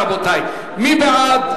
רבותי, מי בעד?